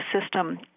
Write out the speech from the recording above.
system